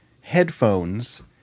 headphones